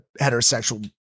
heterosexual